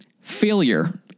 failure